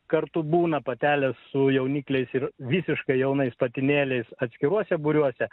kartu būna patelės su jaunikliais ir visiškai jaunais patinėliais atskiruose būriuose